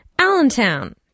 Allentown